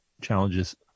challenges